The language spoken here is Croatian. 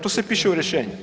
To sve piše u rješenju.